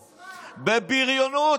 השמאל,